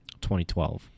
2012